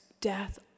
death